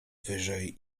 wyżej